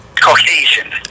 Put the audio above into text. Caucasian